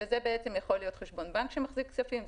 שזה יכול להיות חשבון בנק שמחזיק כספים,